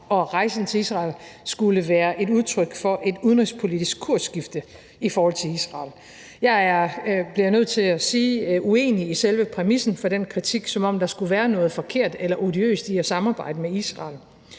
at rejsen til Israel skulle være et udtryk for et udenrigspolitisk kursskifte i forhold til Israel. Jeg bliver nødt til at sige, at jeg er uenig i selve præmissen for den kritik, som om der skulle være noget forkert eller odiøst i at samarbejde med Israel.